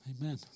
Amen